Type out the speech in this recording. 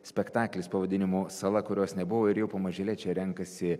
spektaklis pavadinimu sala kurios nebuvo ir jau pamažėle čia renkasi